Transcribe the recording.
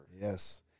Yes